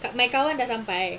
tak my kawan yang dah sampai